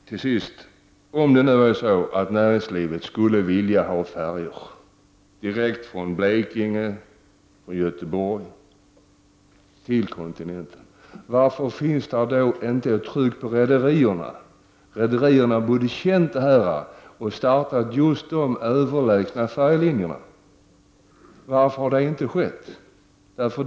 Till sist: Om det nu är så att näringslivet skulle vilja ha färjetrafik direkt från Blekinge och Göteborg till kontinenten, varför finns det inte något tryck på rederierna? De borde ha känt ett tryck och startat just dessa överlägsna färjelinjer. Varför har det inte skett?